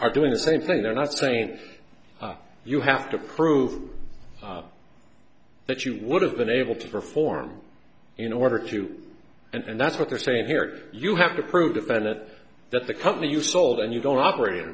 are doing the same thing they're not saying you have to prove that you would have been able to perform in order to and that's what they're saying here you have to prove that bennett that the company you sold and you don't operate